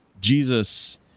Jesus